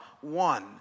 one